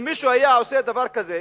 אם מישהו היה עושה דבר כזה,